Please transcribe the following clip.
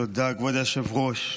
תודה, כבוד היושב-ראש.